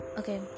Okay